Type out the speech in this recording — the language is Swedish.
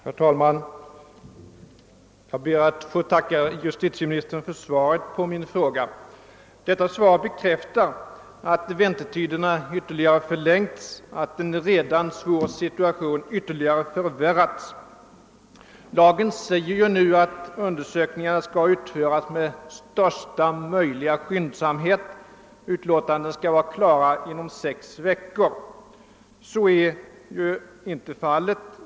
Herr talman! Jag ber att få tacka justitieministern för svaret på min fråga. Detta svar bekräftar att väntetiderna ytterligare förlängts och att en redan svår situation ytterligare förvärrats. I lagen föreskrivs att undersökningarna skall utföras med »största möjliga skyndsamhet» och att utlåtandena skall vara klara inom sex veckor. Så är nu inte fallet.